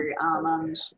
almond